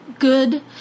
good